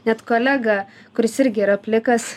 net kolega kuris irgi yra plikas